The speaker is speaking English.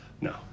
no